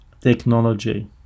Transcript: Technology